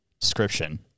description